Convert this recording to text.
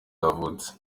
yavutse